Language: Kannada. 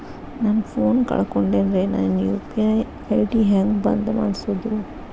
ನನ್ನ ಫೋನ್ ಕಳಕೊಂಡೆನ್ರೇ ನನ್ ಯು.ಪಿ.ಐ ಐ.ಡಿ ಹೆಂಗ್ ಬಂದ್ ಮಾಡ್ಸೋದು?